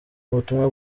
butumwa